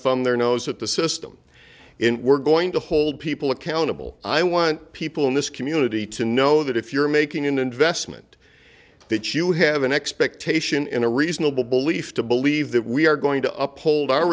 thumb their nose at the system in we're going to hold people accountable i want people in this community to know that if you're making an investment that you have an expectation in a reasonable belief to believe that we are going to up hold our